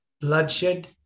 bloodshed